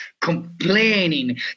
complaining